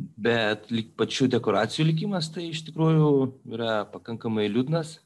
bet lyg pačių dekoracijų likimas tai iš tikrųjų yra pakankamai liūdnas